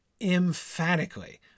emphatically